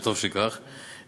וטוב שכך,